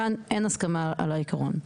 כאן אין הסכמה על העיקרון.